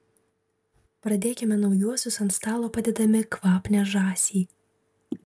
pradėkime naujuosius ant stalo padėdami kvapnią žąsį